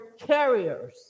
carriers